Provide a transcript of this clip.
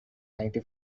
ninety